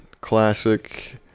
classic